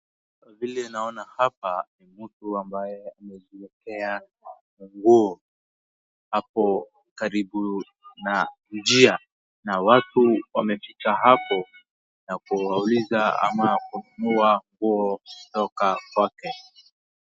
Kwa vile naona ni hapa ni mtu ambaye amejiekea nguo hapo karibu na njia na watu wamefika hapo na kuuliza ama kununua nguo kutoka kwake.